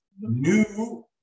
new